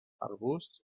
arbusts